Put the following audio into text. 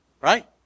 right